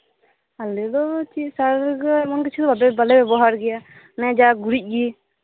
ᱟᱞᱮᱫᱚ ᱥᱟᱨᱫᱚ ᱮᱢᱚᱱ ᱠᱤᱪᱷᱩ ᱵᱟᱞᱮ ᱵᱮᱵᱚᱦᱟᱨ ᱜᱮᱭᱟ ᱚᱱᱮ ᱡᱟ ᱜᱩᱨᱤᱡ ᱜᱤ